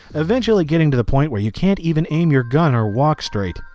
eventually getting to the point where you can't even aim your gun or walk straight.